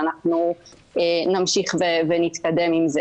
כאשר אנחנו מסתכלים על המטרות של החוק,